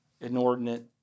inordinate